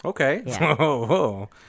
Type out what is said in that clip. Okay